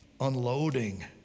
unloading